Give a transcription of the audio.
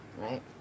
right